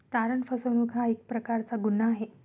तारण फसवणूक हा एक प्रकारचा गुन्हा आहे